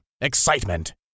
Excitement